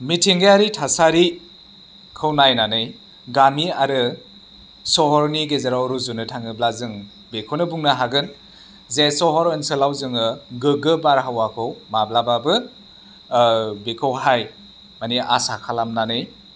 मिथिंगायारि थासारिखौ नायनानै गामि आरो सहरनि गेजेराव रुजुनो थाङोब्ला जों बेखौनो बुंनो हागोन जे सहर ओनसोलाव जोङो गोग्गो बारहावाखौ माब्लाबाबो बेखौहाय माने आसा खालामनानै